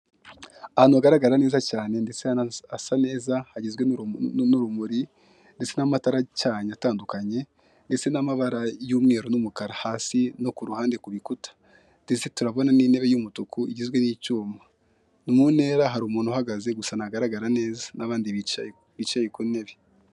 Ahantu hagaragara neza cyane ndetse ubona hasa neza hagizwe n'urumuri ndetse n'amatara acanye atandukanye ndetse n'amabara y'umweru n'umukara hasi no ku ruhande ku bikuta ndetse turabona n'intebe y'umutuku igizwe n'icyuma, mu ntera hari umuntu uhagaze gusa ntagaragara neza n'abandi bicaye ku ntebe.